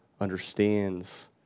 understands